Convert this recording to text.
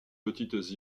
petites